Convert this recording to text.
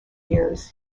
years